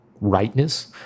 rightness